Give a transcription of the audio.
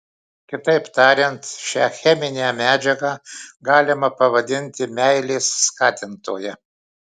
kitaip tariant šią cheminę medžiagą galima pavadinti meilės skatintoja